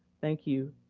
thank you.